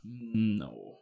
No